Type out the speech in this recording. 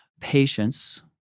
patience